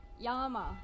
Yama